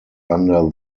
under